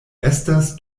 estas